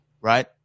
right